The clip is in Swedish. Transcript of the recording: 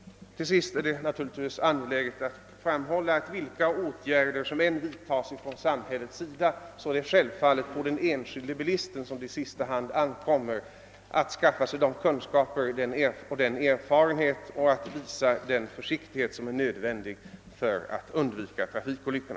Till sist är det angeläget att framhålla att vilka åtgärder som än vidtas från samhällets sida, så är det självfallet på den enskilde bilisten som det i sista hand ankommer att skaffa sig de kunskaper och den erfarenhet och att iaktta den försiktighet som är nödvändig för att man skall undvika trafikolyckor.